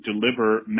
deliver